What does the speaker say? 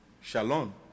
Shalom